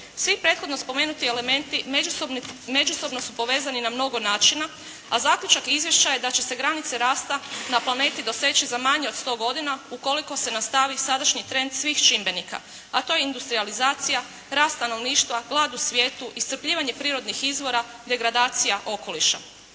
Svi prethodni elementi međusobno su povezani na mnogo načina a zaključak izvješća je da će se granice rasta na planeti doseći za manje od sto godina ukoliko se nastavi sadašnji trend svih čimbenika a to je industrijalizacija, rast stanovništva, glad u svijetu, iscrpljivanje prirodnih izvora, degradacija okoliša.